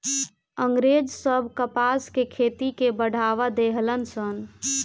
अँग्रेज सब कपास के खेती के बढ़ावा देहलन सन